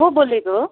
को बोलेको हो